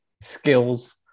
skills